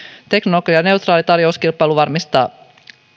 teknologianeutraali tarjouskilpailu varmistaa